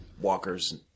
walkers